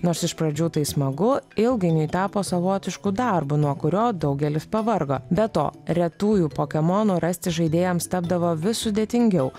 nors iš pradžių tai smagu ilgainiui tapo savotišku darbu nuo kurio daugelis pavargo be to retųjų pokemonų rasti žaidėjams tapdavo vis sudėtingiau